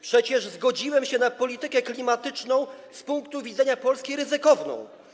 Przecież zgodziłem się na politykę klimatyczną z punktu widzenia Polski ryzykowną.